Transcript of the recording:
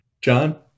John